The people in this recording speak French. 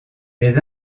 des